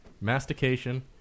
mastication